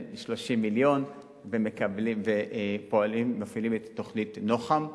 30 מיליון ומפעילים את תוכנית נוח"ם.